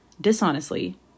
dishonestly